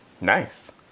Nice